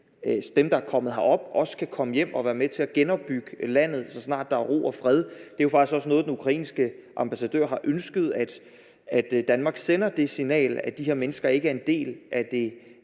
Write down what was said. dem, der er kommet herop, også kan komme hjem og være med til at genopbygge landet, så snart der er ro og fred. Det er jo faktisk også noget, den ukrainske ambassadør har ønsket, altså at Danmark sender det signal, at de her mennesker ikke er en del af det